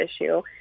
issue